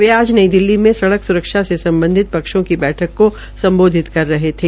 वे आज नई दिल्ली में सड़क स्रक्षा से सम्बधित पक्षों को सम्बोधित कर रहे थे